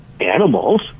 animals